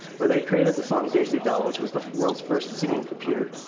where they created the song daisy bell, which was the world's first singing computer.